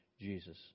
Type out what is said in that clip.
Jesus